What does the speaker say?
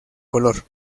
color